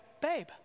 babe